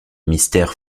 mystère